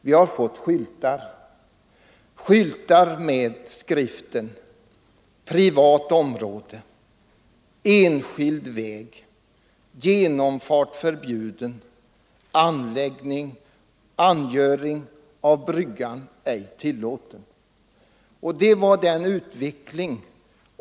Vi har fått en mängd skyltar: ”Privat område”, ”Enskild väg”, ”Genomfart förbjuden”, ”Angöring av bryggan ej tillåten”.